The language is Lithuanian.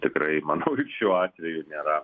tikrai manau ir šiuo atveju nėra